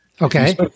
Okay